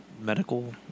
medical